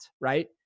right